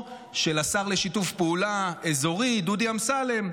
של השר לשיתוף פעולה אזורי דודי אמסלם.